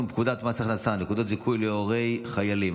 פקודת מס הכנסה (נקודות זיכוי להורי חיילים),